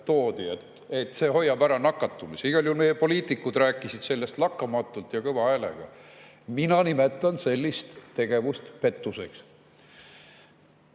toodi, et see hoiab ära nakatumise, igal juhul meie poliitikud rääkisid sellest lakkamatult ja kõva häälega. Mina nimetan sellist tegevust pettuseks. Mul